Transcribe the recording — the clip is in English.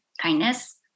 kindness